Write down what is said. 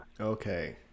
Okay